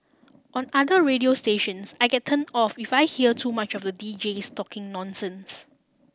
on other radio stations I get turned off if I hear too much of the deejays talking nonsense